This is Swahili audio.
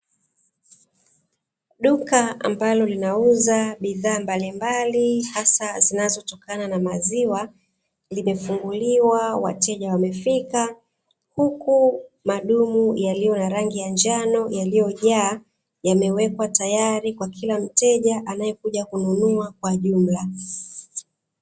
Duka ambalo linauza bidhaa mbalimbali hasa zinazotokana na maziwa limefunguliwa, wateja wamefika huku madumu yaliyo na rangi ya njano yaliyojaa yamewekwa tayari kwa kila mteja anayekuja kununua kwa jumla.